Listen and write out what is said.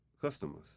customers